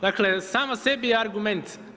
Dakle, sama sebi je argument.